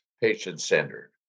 patient-centered